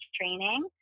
training